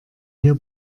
hier